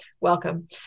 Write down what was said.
welcome